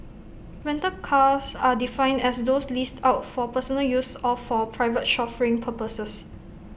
rental cars are defined as those leased out for personal use or for private chauffeuring purposes